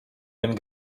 vent